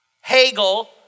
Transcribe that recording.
Hegel